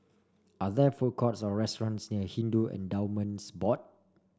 are there food courts or restaurants near Hindu Endowments Board